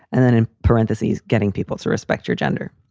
and then in parentheses, getting people to respect your gender.